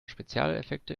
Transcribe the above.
spezialeffekte